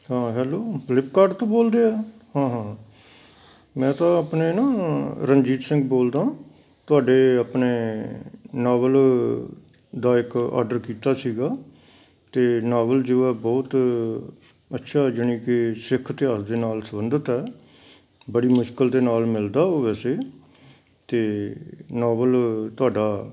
ਹਾਂ ਹੈਲੋ ਫਲਿੱਪਕਾਡ ਤੋਂ ਬੋਲਦੇ ਹਾਂ ਹਾਂ ਮੈਂ ਤਾਂ ਆਪਣੇ ਨਾ ਰਣਜੀਤ ਸਿੰਘ ਬੋਲਦਾ ਤੁਹਾਡੇ ਆਪਣੇ ਨੋਵਲ ਦਾ ਇੱਕ ਆਡਰ ਕੀਤਾ ਸੀਗਾ ਅਤੇ ਨਾਵਲ ਜੋ ਹੈ ਬਹੁਤ ਅੱਛਾ ਯਾਨੀ ਕਿ ਸਿੱਖ ਇਤਿਹਾਸ ਦੇ ਨਾਲ ਸੰਬੰਧਿਤ ਹੈ ਬੜੀ ਮੁਸ਼ਕਿਲ ਦੇ ਨਾਲ ਮਿਲਦਾ ਉਹ ਵੈਸੇ ਤਾਂ ਨਾਵਲ ਤੁਹਾਡਾ